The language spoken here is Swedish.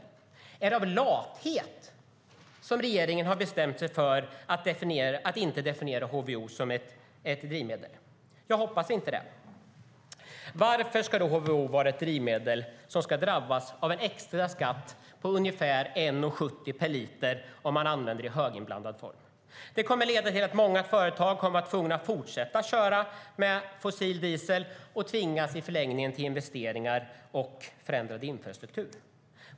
Är det av lathet som regeringen har bestämt sig för att inte definiera HVO som ett biodrivmedel? Jag hoppas inte det. Varför ska drivmedlet HVO drabbas av en extra skatt på ungefär 1,70 per liter om man använder det i höginblandad form? Det kommer att leda till att många företag tvingas fortsätta köra med fossil diesel och i förlängningen tvingas till investeringar och förändrad infrastruktur.